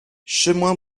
chemin